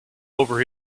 over